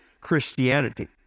Christianity